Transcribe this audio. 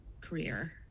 career